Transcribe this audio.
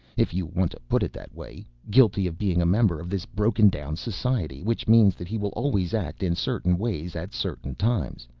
if you want to put it that way, guilty of being a member of this broken down society, which means that he will always act in certain ways at certain times.